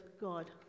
God